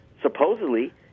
supposedly